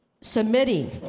submitting